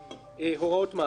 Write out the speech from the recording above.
הוראות מעבר.